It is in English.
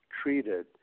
treated